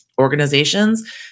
organizations